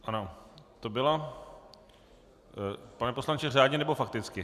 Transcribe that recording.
Ano, to byla... pane poslanče, řádně, nebo fakticky?